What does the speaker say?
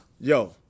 yo